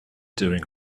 doing